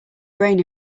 brain